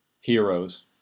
heroes